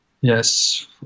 yes